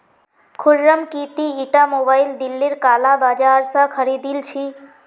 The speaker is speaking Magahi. खुर्रम की ती ईटा मोबाइल दिल्लीर काला बाजार स खरीदिल छि